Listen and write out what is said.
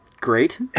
Great